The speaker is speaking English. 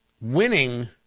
winning